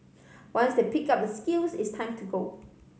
once they pick up the skills it's time to go